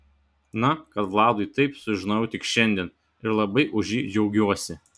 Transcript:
na kad vladui taip sužinojau tik šiandien ir labai už jį džiaugiuosi